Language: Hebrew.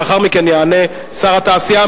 לאחר מכן יענה שר התעשייה,